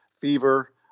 fever